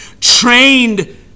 trained